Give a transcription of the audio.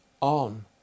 on